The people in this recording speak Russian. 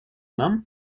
нам